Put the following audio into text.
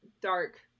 dark